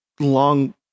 long